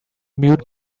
mute